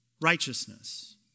righteousness